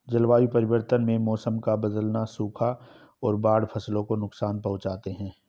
जलवायु परिवर्तन में मौसम का बदलना, सूखा और बाढ़ फसलों को नुकसान पहुँचाते है